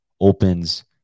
Opens